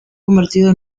convertido